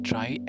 Try